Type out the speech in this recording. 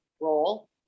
role